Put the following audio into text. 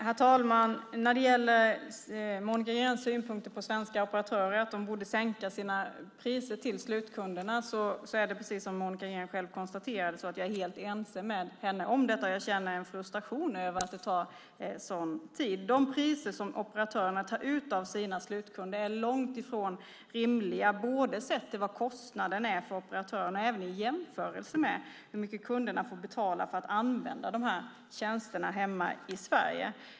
Herr talman! När det gäller Monica Greens synpunkter på svenska operatörer om att de borde sänka sina priser till slutkunderna är det precis som Monica Green själv konstaterar. Jag är helt ense med henne om detta och känner frustration över att det tar sådan tid. De priser som operatörerna tar ut av sina slutkunder är långt ifrån rimliga, både sett till vad kostnaden är för operatörerna och i jämförelse med hur mycket kunderna får betala för att använda de här tjänsterna hemma i Sverige.